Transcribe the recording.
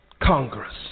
Congress